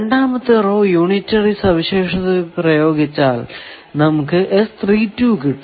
രണ്ടാമത്തെ row unitary സവിശേഷത പ്രയോഗിച്ചാൽ നമുക്ക് കിട്ടും